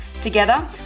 Together